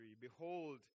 behold